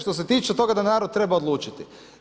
Što se tiče toga da narod treba odlučiti.